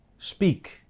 Speak